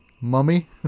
Mummy